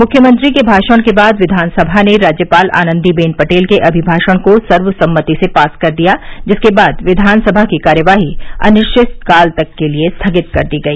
मुख्यमंत्री के भाषण के बाद विधानसभा ने राज्यपाल आनन्दीबेन पटेल के अभिभाषण को सर्वसम्मति से पास कर दिया जिसके बाद विधानसभा की कार्यवाही अनिश्चितकाल तक के लिये स्थगित कर दी गई